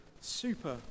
super